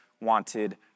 wanted